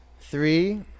Three